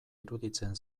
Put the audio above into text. iruditzen